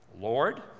Lord